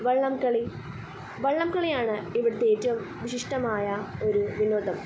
വള്ളം കളി വള്ളം കളിയാണ് ഇവിടുത്തെ ഏറ്റവും വിശിഷ്ടമായ ഒരു വിനോദം